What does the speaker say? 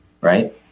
right